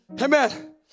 Amen